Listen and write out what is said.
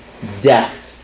death